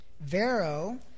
Vero